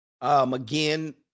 Again